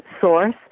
source